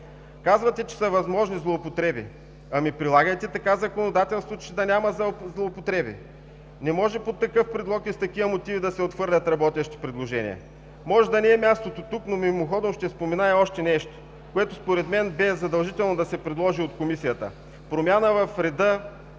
Казвате, че са възможни злоупотреби. Ами, прилагайте такова законодателство, че да няма злоупотреби. Не може под такъв предлог и с такива мотиви да се отхвърлят работещи предложения. Може да не е мястото тук, но мимоходом ще спомена и още нещо, което според мен бе задължително да се предложи от Комисията – промяна в реда